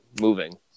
moving